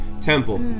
temple